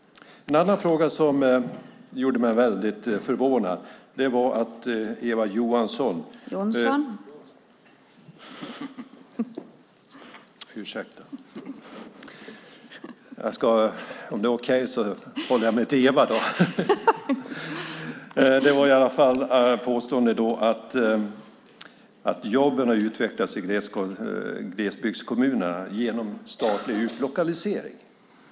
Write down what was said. En annan sak som gjorde mig väldigt förvånad var Eva Johnssons påstående att jobben har utvecklats i glesbygdskommunerna genom statlig utlokalisering.